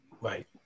Right